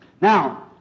Now